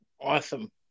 Awesome